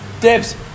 Dibs